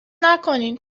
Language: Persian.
نکنین